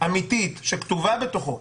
אמיתית שכתובה בתוכו,